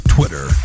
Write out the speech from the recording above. Twitter